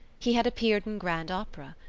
he had appeared in grand opera.